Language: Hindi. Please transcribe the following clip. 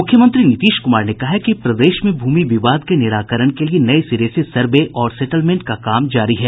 मुख्यमंत्री नीतीश कुमार ने कहा है कि प्रदेश में भूमि विवाद के निराकरण के लिए नये सिरे से सर्वे और सेटलमेंट का काम जारी है